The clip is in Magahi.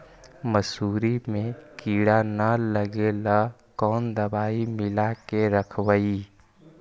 मसुरी मे किड़ा न लगे ल कोन दवाई मिला के रखबई?